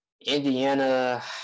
Indiana